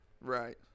Right